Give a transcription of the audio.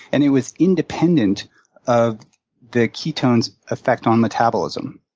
and it was independent of the ketones' effect on metabolism.